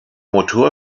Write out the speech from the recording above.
motor